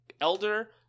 elder